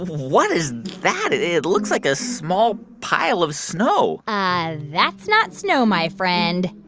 what is that? it it looks like a small pile of snow and that's not snow, my friend.